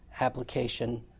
application